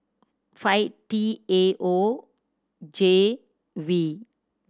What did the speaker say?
five T A O J V